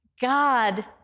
God